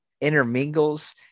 intermingles